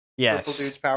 Yes